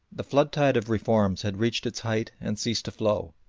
the flood-tide of reforms had reached its height and ceased to flow,